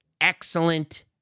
excellent